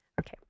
Okay